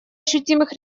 ощутимых